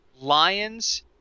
Lions